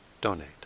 donate